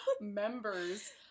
members